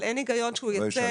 אבל אין היגיון שהוא יצא,